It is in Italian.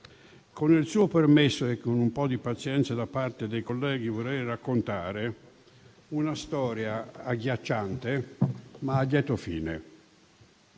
con il suo permesso e con un po' di pazienza da parte dei colleghi, vorrei raccontare una storia agghiacciante, ma a lieto fine.